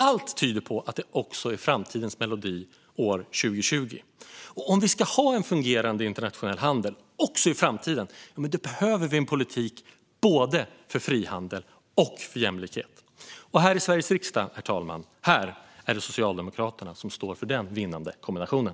Allt tyder på att det även är framtidens melodi år 2020. Om vi ska ha en fungerande internationell handel också i framtiden behöver vi en politik både för frihandel och för jämlikhet. Här i Sveriges riksdag, herr talman, är det Socialdemokraterna som står för den vinnande kombinationen.